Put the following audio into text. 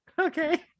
okay